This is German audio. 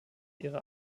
ihre